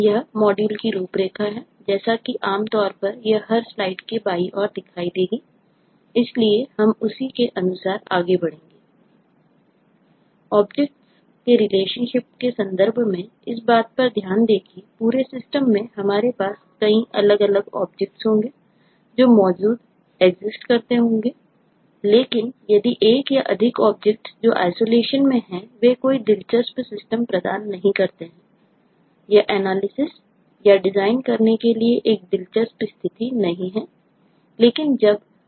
यह मॉड्यूल की रूपरेखा है जैसा कि आम तौर पर यह हर स्लाइड के बाईं ओर दिखाई देगी इसलिए हम उसी के अनुसार आगे बढ़ेंगे